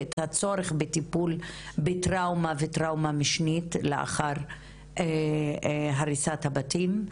ואת הצורך בטיפול בטראומה ובטראומה משנית לאחר הריסת הבתים.